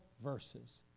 verses